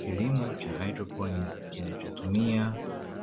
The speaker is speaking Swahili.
Kilimo cha hidroponi kinachotumia